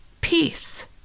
peace